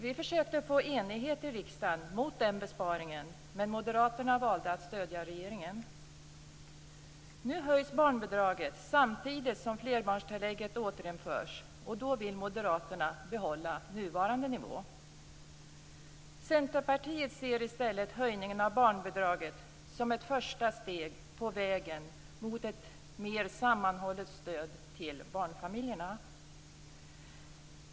Vi försökte få enighet i riksdagen mot den besparingen men moderaterna valde att stödja regeringen. Nu höjs barnbidraget samtidigt som flerbarnstillägget återinförs, och då vill moderaterna behålla nuvarande nivå. Centerpartiet ser i stället höjningen av barnbidraget som ett första steg på vägen mot ett mer sammanhållet stöd till barnfamiljerna.